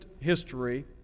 history